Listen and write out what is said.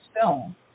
film